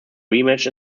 rematch